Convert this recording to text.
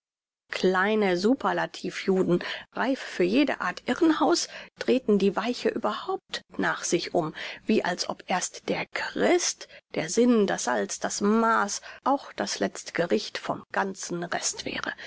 kleine superlativ juden reif für jede art irrenhaus drehten die weiche überhaupt nach sich um wie als ob erst der christ der sinn das salz das maaß auch das letzte gericht vom ganzen rest wäre